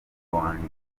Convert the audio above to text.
wanjye